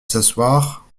s’asseoir